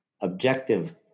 objective